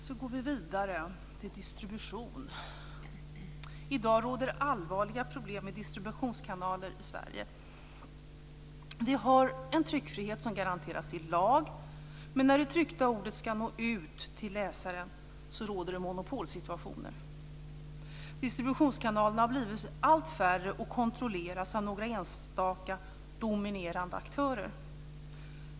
Så går vi vidare till distribution. I dag råder allvarliga problem med distributionskanaler i Sverige. Vi har en tryckfrihet som garanteras i lag, men när det tryckta ordet ska nå ut till läsaren råder det monopolsituationer. Distributionskanalerna har blivit allt färre och kontrolleras av några enstaka dominerande aktörer.